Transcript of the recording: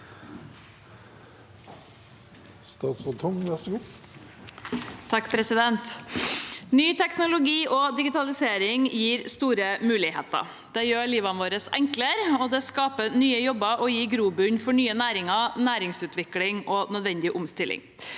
Ny teknologi og digitalisering gir store muligheter. Det gjør livet vårt enklere, skaper nye jobber og gir grobunn for nye næringer, næringsutvikling og nødvendig omstilling.